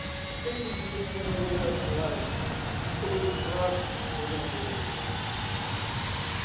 i think we can give you and a little extra latitude because you've delivered for us, we're going to deliver for you ok.